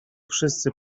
wszyscy